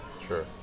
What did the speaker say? Sure